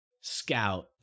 scout